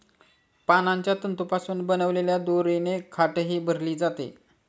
पानांच्या तंतूंपासून बनवलेल्या दोरीने खाटही भरली जाते